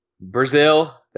Brazil